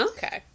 Okay